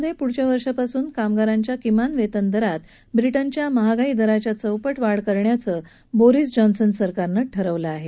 ब्रिजमधे पुढील वर्षापासून कामगारांच्या किमान वेतन दरात ब्रिजिच्या महागाई दराच्या चौप क्वाढ करण्याचं बोरिस जॉन्सन सरकारनं ठरवलं आहे